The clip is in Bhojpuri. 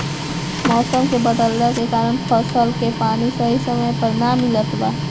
मउसम के बदलला के कारण फसल के पानी सही समय पर ना मिलत बा